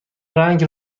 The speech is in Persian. رنگ